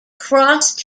crossed